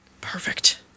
Perfect